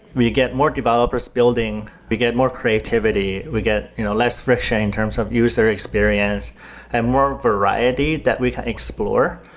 we get more developers building, we get more creativity, we get less friction in terms of user experience and more variety that we can explore.